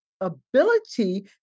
Ability